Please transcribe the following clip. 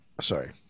sorry